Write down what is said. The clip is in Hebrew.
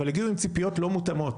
אבל הגיעו עם ציפיות לא מותאמות,